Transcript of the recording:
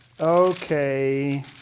Okay